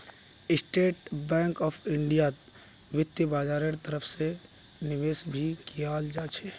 state bank of इन्डियात वित्तीय बाजारेर तरफ से निवेश भी कियाल जा छे